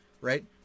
right